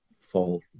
fall